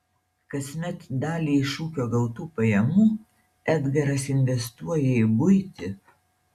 kasmet dalį iš ūkio gautų pajamų edgaras investuoja į buitį